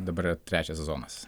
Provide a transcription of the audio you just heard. dabar yra trečias sezonas